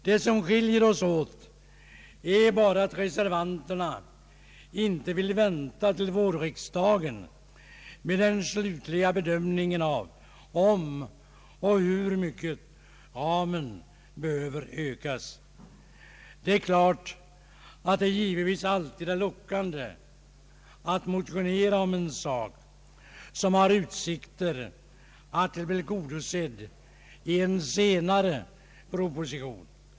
Det som skiljer oss åt är bara att reservanterna inte vill vänta till vårriksdagen med den slutliga bedömningen av om och hur mycket ramen behöver ökas. Det är givetvis alltid lockande att motionera om en sak, som har utsikt att tillgodoses i en senare proposition.